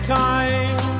time